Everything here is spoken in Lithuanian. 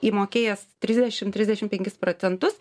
įmokėjęs trisdešim trisdešim penkis procentus